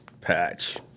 Patch